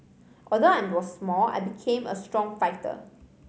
although I was small I became a strong fighter